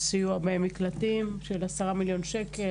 של סיוע במקלטים בסך 10 מיליון שקל,